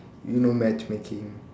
you know matchmaking